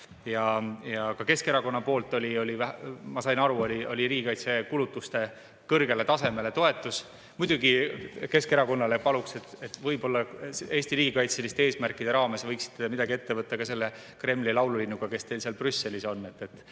Ja ka Keskerakonnalt oli, ma sain aru, riigikaitse kulutuste kõrgele tasemele toetus. Muidugi Keskerakonnalt paluks, et võib-olla Eesti riigikaitseliste eesmärkide raames võiksite midagi ette võtta ka selle Kremli laululinnuga, kes teil seal Brüsselis on.